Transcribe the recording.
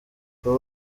kwa